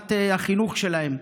בהשלמת החינוך שלהם.